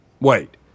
Wait